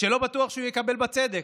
שלא בטוח שהוא יקבל בה צדק?